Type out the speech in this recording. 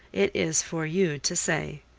it is for you to say.